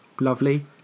lovely